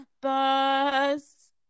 bus